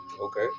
Okay